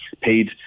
paid